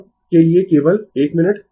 अब के लिए केवल 1 मिनट